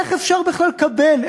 איך אפשר בכלל לקבל,